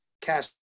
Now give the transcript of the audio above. cast